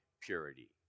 purity